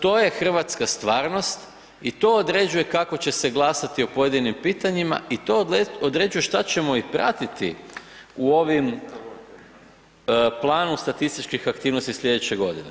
To je hrvatska stvarnost i to određuje kako će se glasati o pojedinim pitanjima i to određuje šta ćemo i pratiti u ovim planu statističkih aktivnosti sljedeće godine.